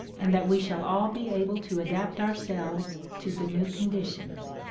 and that we shall all be able to adapt our selves to the new conditions.